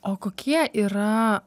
o kokie yra